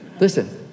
Listen